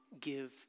give